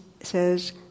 says